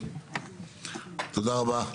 תודה רבה.